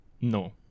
No